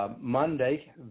Monday